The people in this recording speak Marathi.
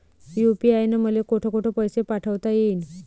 यू.पी.आय न मले कोठ कोठ पैसे पाठवता येईन?